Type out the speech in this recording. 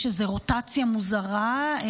יש איזו רוטציה מוזרה: